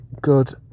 good